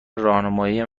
راهنماییم